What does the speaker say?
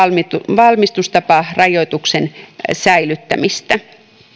valmistustaparajoituksen säilyttämistä